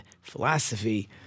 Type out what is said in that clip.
philosophy